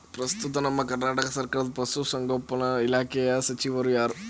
ಪ್ರಸ್ತುತ ನಮ್ಮ ಕರ್ನಾಟಕ ಸರ್ಕಾರದ ಪಶು ಸಂಗೋಪನಾ ಇಲಾಖೆಯ ಸಚಿವರು ಯಾರು?